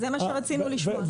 זה מה שרצינו לשמוע.